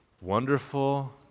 wonderful